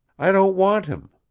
i don't want him.